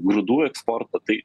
grūdų eksportą tai